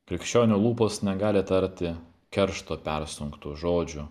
krikščionio lūpos negali tarti keršto persunktų žodžių